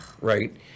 right